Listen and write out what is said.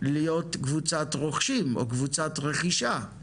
להיות קבוצת רוכשים או קבוצת רכישה,